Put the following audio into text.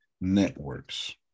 networks